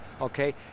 okay